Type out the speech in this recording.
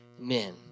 Amen